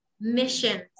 missions